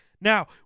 Now